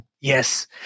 Yes